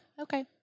okay